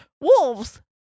Wolves